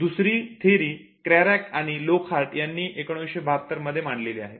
दुसरी theory Craik आणि Lockhart यांनी 1972 मध्ये मांडलेली आहे